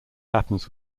happens